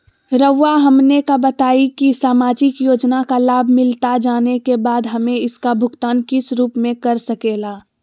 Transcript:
रहुआ हमने का बताएं की समाजिक योजना का लाभ मिलता जाने के बाद हमें इसका भुगतान किस रूप में कर सके ला?